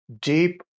deep